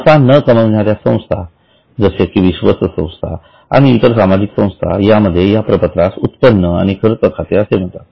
नफा न कमावणाऱ्या संस्थाजसे की विश्वस्त संस्था आणि इतर सामाजिक संस्था यामध्ये या प्रपत्रास उत्पन्न आणि खर्च खाते असे म्हणतात